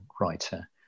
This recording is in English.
writer